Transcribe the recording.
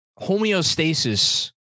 homeostasis